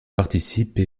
participe